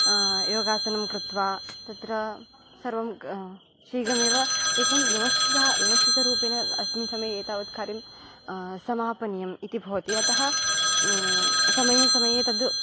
योगासनं कृत्वा तत्र सर्वं शीघ्रमेव एकं व्यवस्थितः व्यवस्थितरूपेण अस्मिन् समये तावद् कार्यं समापनीयम् इति भवति अतः समये समये तद्